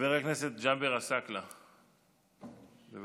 חבר הכנסת ג'אבר עסאקלה, בבקשה.